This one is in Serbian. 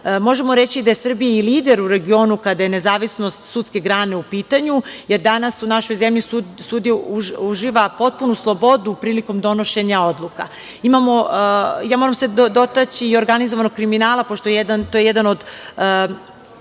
danas. Možemo reći da je Srbija lider u regionu kada je nezavisnost sudske grane u pitanju, jer danas u našoj zemlji sudija uživa potpunu slobodu prilikom donošenja odluka. Moram se dotaći i organizovanog kriminala, pošto je to jedan od